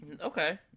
Okay